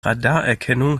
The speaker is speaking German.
radarerkennung